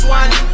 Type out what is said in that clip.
one